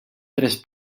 tres